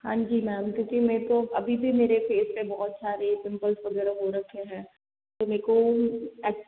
हाँ जी मैम क्योंकि मेरे को अभी भी मेरे फेस पर बहुत सारे पिम्पल वगैरह हो रखे है तो मेरे को